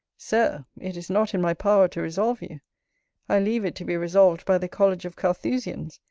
sir, it is not in my power to resolve you i leave it to be resolved by the college of carthusians,